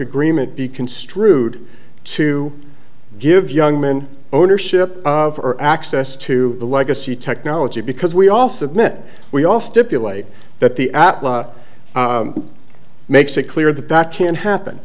agreement be construed to give young men ownership or access to the legacy technology because we also admit we all stipulate that the atlanta makes it clear that that can't happen